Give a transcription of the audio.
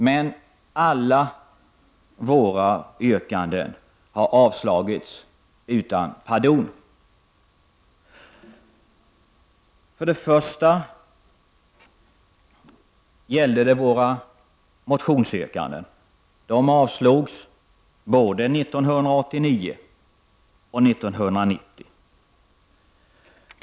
Men alla våra yrkanden har avstyrkts utan pardon. För det första gäller det våra motionsyrkanden. De avstyrktes både år 1989 och år 1990.